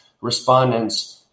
respondents